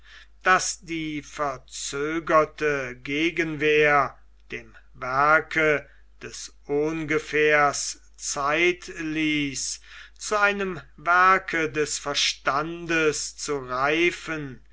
daß die verzögerte gegenwehr dem werke des ohngefährs zeit ließ zu einem werke des verstandes zu reifen